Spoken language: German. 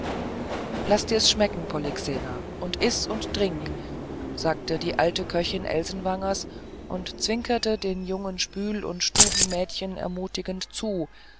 laß dir's schmecken polyxena und iß und trink sagte die alte köchin elsenwangers und zwinkerte den jungen spül und stubenmädchen ermutigend zu